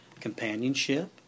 companionship